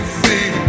see